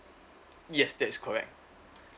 yes that is correct